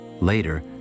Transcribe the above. Later